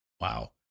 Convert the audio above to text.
Wow